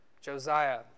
Josiah